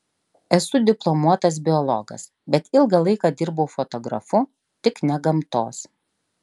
esu diplomuotas biologas bet ilgą laiką dirbau fotografu tik ne gamtos